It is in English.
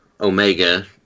Omega